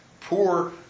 poor